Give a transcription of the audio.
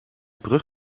brug